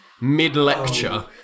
mid-lecture